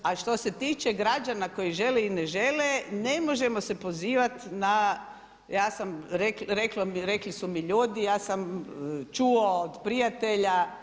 A što se tiče građana koji žele i ne žele, ne možemo se pozivati na rekli su mi ljudi ja sam čuo od prijatelja.